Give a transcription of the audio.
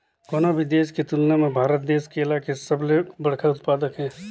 कोनो भी देश के तुलना म भारत देश केला के सबले बड़खा उत्पादक हे